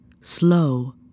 slow